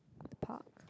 at the park